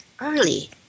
early